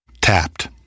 Tapped